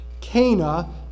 Cana